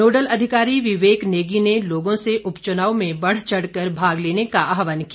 nodal अधिकारी विवेक नेगी ने लोगों से उपचुनाव में बढ़ चढ़ कर भाग लेने का आहवान किया